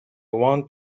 want